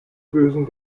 bösen